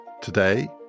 Today